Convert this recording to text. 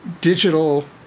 digital